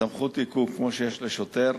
סמכות עיכוב כמו שיש לשוטר.